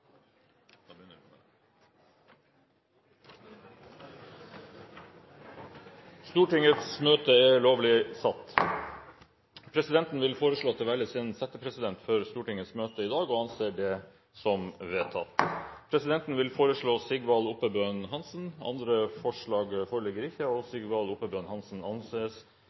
for Stortingets møte i dag – og anser det som vedtatt. Presidenten foreslår Sigvald Oppebøen Hansen. – Andre forslag foreligger ikke, og Sigvald Oppebøen Hansen anses